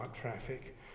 traffic